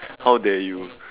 how dare you